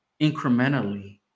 incrementally